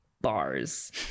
bars